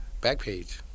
Backpage